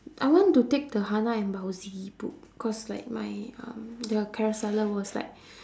I want to take the hana and baozi book cause like my um the carouseller was like